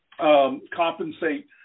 Compensate